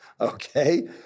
okay